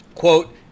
Quote